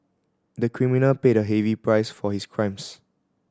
the criminal paid a heavy price for his crimes